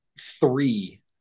three